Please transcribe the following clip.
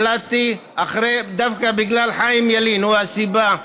החלטתי דווקא בגלל חיים ילין, הוא הסיבה: